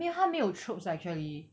没有他没有 troops actually